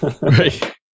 Right